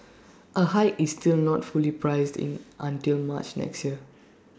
A hike is still not fully priced in until March next year